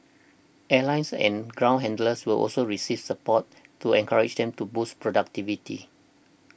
airlines and ground handlers will also receive support to encourage them to boost productivity